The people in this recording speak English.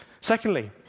Secondly